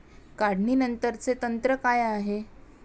काढणीनंतरचे तंत्र काय आहे?